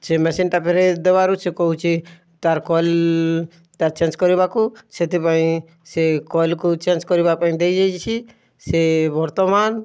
ସେ ମେସିନ୍ଟା ଫେରେଇ ଦେବାରୁ ସେ କହୁଛି ତାର୍ କଏଲ୍ ତାର୍ ଚେଞ୍ଜ୍ କରିବାକୁ ସେଥିପାଇଁ ସେ କଏଲ୍କୁ ଚେଞ୍ଜ୍ କରିବା ପାଇଁ ଦେଇଯାଇଛି ସେ ବର୍ତ୍ତମାନ୍